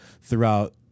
throughout